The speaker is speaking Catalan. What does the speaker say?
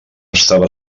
estava